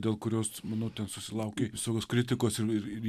dėl kurios manau ten susilaukė smarkios kritikos ir